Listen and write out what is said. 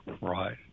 Right